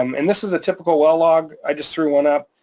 um and this is a typical well log, i just threw one up